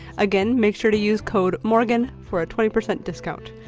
again, make sure to use code morgan for a twenty percent discount.